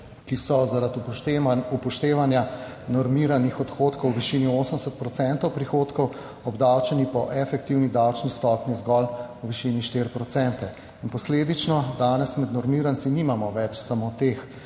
ki so zaradi upoštevanja normiranih odhodkov v višini 80 procentov prihodkov, obdavčeni po efektivni davčni stopnji zgolj v višini 4 procente in posledično danes med normiranci nimamo več samo teh,